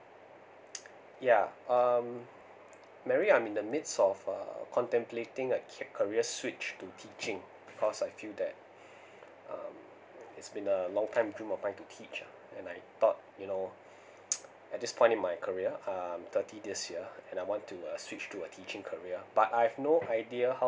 yeah um mary I'm in the midst of uh contemplating like keep career switch to teaching cause I feel that um it's been a long time dream upon to teach lah and I thought you know at this point in my career um thirty this year and I want to uh switch to a teaching career but I've no idea